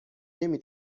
نمی